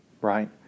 right